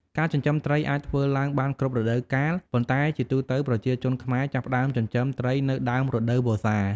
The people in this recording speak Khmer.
ការចិញ្ចឹមត្រីអាចធ្វើឡើងបានគ្រប់រដូវកាល ប៉ុន្តែជាទូទៅ ប្រជាជនខ្មែរចាប់ផ្ដើមចិញ្ចឹមត្រីនៅ ដើមរដូវវស្សា។